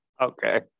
Okay